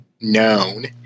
known